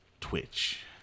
Twitch